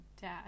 dad